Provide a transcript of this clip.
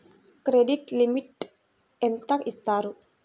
Credit limit ఎంత ఇస్తారు?